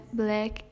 black